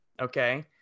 Okay